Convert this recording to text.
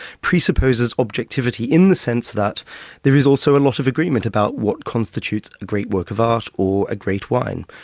presupposes objectivity in the sense that there is also a lot of agreement about what constitutes a great work of art, or a great wine.